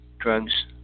Drugs